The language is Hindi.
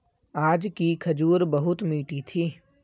आज की खजूर बहुत मीठी थी